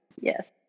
Yes